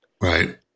Right